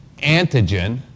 antigen